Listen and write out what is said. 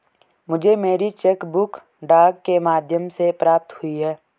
मुझे मेरी cheque book डाक के माध्यम से प्राप्त हुई है